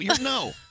no